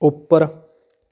ਉੱਪਰ